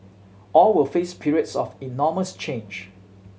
all will face periods of enormous change